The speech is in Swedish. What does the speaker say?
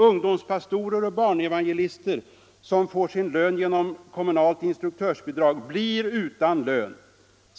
Ungdomspastorer och barnevangelister som får sin lön genom kommunalt instruktörsbidrag blir utan lön.